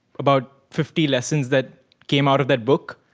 about fifty lessons that came out of that book,